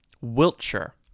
Wiltshire